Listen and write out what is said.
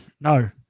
No